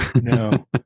No